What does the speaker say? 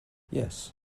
yes